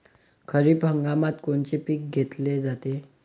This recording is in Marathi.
खरिप हंगामात कोनचे पिकं घेतले जाते?